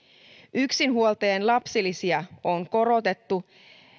yksinhuoltajien lapsilisiä on korotettu